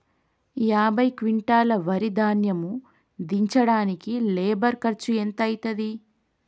యాభై క్వింటాల్ వరి ధాన్యము దించడానికి లేబర్ ఖర్చు ఎంత అయితది?